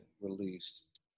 released